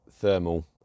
thermal